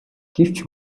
гэвч